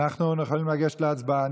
אני חושב שאנחנו יכולים לגשת להצבעה.